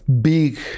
big